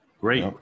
great